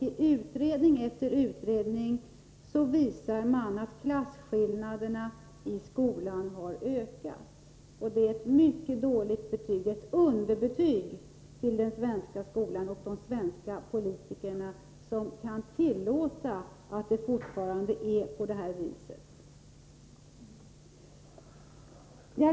I utredning efter utredning visas att klasskillnaderna i skolan har ökat. Det är ett underbetyg till den svenska skolan och till de svenska politikerna, som kan tillåta att det fortfarande är på det viset.